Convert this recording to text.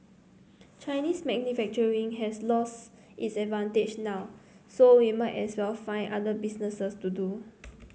Chinese manufacturing has lost its advantage now so we might as well find other business to do